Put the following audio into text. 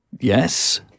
Yes